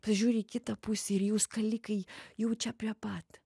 pažiūri į kitą pusę ir jau skalikai jau čia prie pat